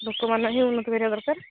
ଲୋକମାନ ହିଁ ଉନ୍ନତି କରିବା ଦରକାର